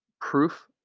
proof